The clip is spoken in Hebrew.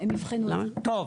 טוב.